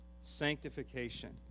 sanctification